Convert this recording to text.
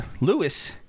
Lewis